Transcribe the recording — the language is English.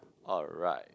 alright